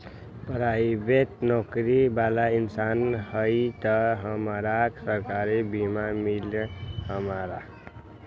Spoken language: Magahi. पराईबेट नौकरी बाला इंसान हई त हमरा सरकारी बीमा मिली हमरा?